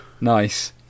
Nice